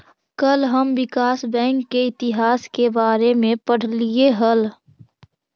कल हम विकास बैंक के इतिहास के बारे में पढ़लियई हल